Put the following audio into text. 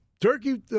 Turkey